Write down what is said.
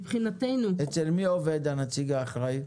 אצל מי עובד הנציג האחראי?